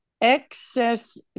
excess